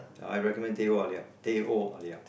I recommend teh O alia teh O alia